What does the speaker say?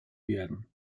werden